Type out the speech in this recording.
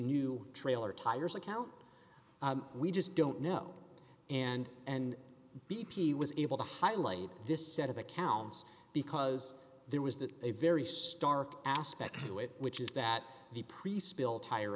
new trailer tires account we just don't know and and b p was able to highlight this set of accounts because there was that a very stark aspect to it which is that the priest spill tire